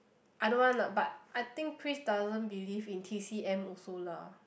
I don't want lah but I think Chris doesn't believe in T_C_M also lah